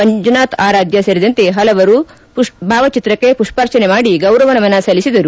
ಮಂಜುನಾಥ್ ಆರಾಧ್ಯ ಸೇರಿದಂತೆ ಪಲವರು ಭಾವಚಿತ್ರಕ್ಷೆ ಪುಷ್ಪಾರ್ಚನೆ ಮಾಡಿ ಗೌರವ ನಮನ ಸಲ್ಲಿಸಿದರು